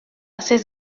ces